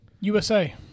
USA